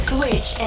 Switch